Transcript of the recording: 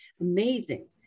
Amazing